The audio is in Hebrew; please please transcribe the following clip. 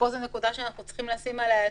זאת נקודה שאנחנו צריכים לשים אליה לב,